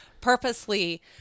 purposely